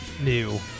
new